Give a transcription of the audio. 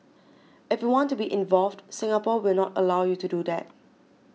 if you want to be involved Singapore will not allow you to do that